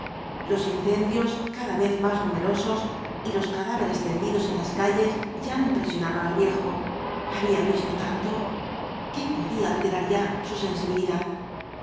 los incendios cada vez más numerosos y los cadáveres tendidos en las calles ya no impresionaron al viejo había visto tanto qné podía alterar ya su sensibilidad